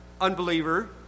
unbeliever